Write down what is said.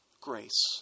grace